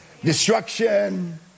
destruction